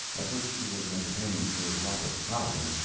at which she was entertaining sir robert fowler,